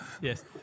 yes